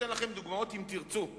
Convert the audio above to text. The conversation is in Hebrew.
אתן לכם דוגמאות, אם תרצו: